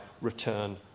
return